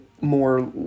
more